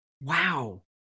Wow